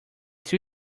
two